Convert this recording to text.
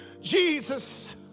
Jesus